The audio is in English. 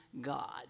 God